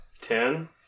Ten